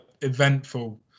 eventful